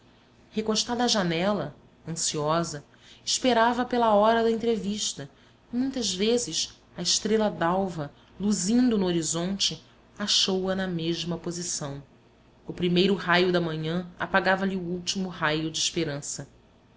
recostada à janela ansiosa esperava pela hora da entrevista e muitas vezes a estrela d'alva luzindo no horizonte achou-a na mesma posição o primeiro raio da manhã apagava lhe o último raio de esperança